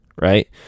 right